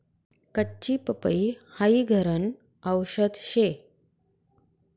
कच्ची पपई हाई घरन आवषद शे